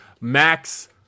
Max